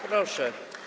Proszę.